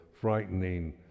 frightening